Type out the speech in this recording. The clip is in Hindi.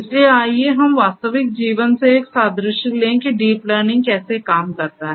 इसलिए आइए हम वास्तविक जीवन से एक सादृश्य लें कि डीप लर्निंग कैसे काम करता है